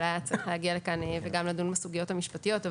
אבל היה צריך להגיע לכאן ולדון בסוגיות המשפטיות.